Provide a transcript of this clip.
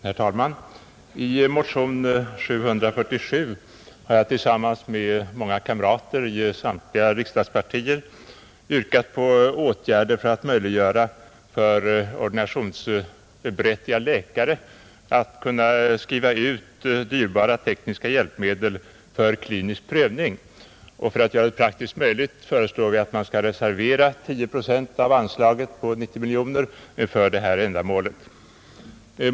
Herr talman! I motionen 747 har jag tillsammans med många kamrater i samtliga riksdagspartier yrkat på åtgärder för att möjliggöra för ordinationsberättigad läkare att skriva ut dyrbara tekniska hjälpmedel för klinisk prövning. För att göra det praktiskt möjligt föreslår vi att man skall reservera 10 procent av anslaget på 90 miljoner kronor för detta ändamål.